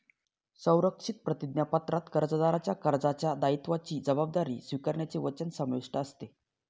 संरक्षित प्रतिज्ञापत्रात कर्जदाराच्या कर्जाच्या दायित्वाची जबाबदारी स्वीकारण्याचे वचन समाविष्ट असते